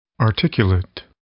articulate